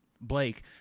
Blake